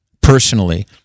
personally